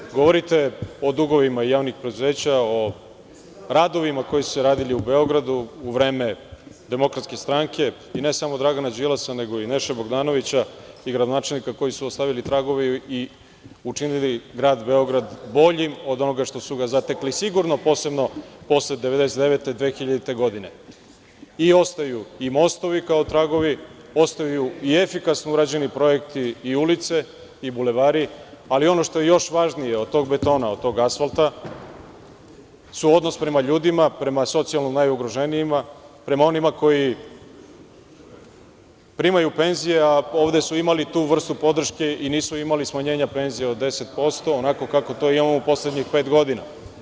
Dakle, govorite o dugovima javnih preduzeća, o radovima koji su se radili u Beogradu u vreme DS i ne samo Dragana Đilasa, nego i Neše Bogdanovića i gradonačelnika koji su ostavili tragove i učinili Grad Beograd boljim od onoga kakvim su ga zatekli, sigurno posebno posle 1999, 2000. godine i ostaju i mostovi kao tragovi, ostaju i efikasno urađeni projekti i ulice i bulevari, ali ono što je još važnije od tog betona, od tog asfalta je odnos prema ljudima, prema socijalno najugroženijima, prema onima koji primaju penzije, a ovde su imali tu vrstu podrške i nismo imali smanjenja penzija od 10%, onako kako to imamo u poslednjih pet godina.